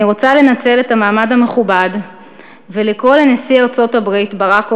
אני רוצה לנצל את המעמד המכובד ולקרוא לנשיא ארצות-הברית ברק אובמה: